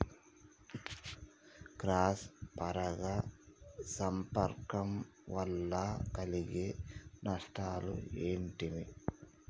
Cross పరాగ సంపర్కం వల్ల కలిగే నష్టాలు ఏమిటి?